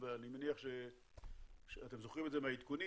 ואני מניח שאתם זוכרים את זה מהעדכונים,